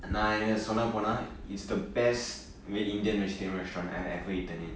நா என்ன சொல்ல போனா:naa enna solla ponaa is the best veg~ indian vegetarian restaurant I have ever eaten in